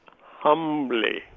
humbly